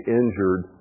injured